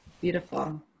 Beautiful